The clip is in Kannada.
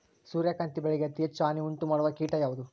ಸೂರ್ಯಕಾಂತಿ ಬೆಳೆಗೆ ಅತೇ ಹೆಚ್ಚು ಹಾನಿ ಉಂಟು ಮಾಡುವ ಕೇಟ ಯಾವುದು?